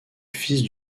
fils